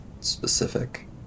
specific